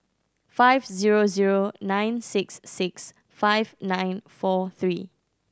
five zero zero nine six six five nine four three